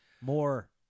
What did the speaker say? More